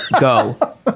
Go